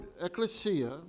ecclesia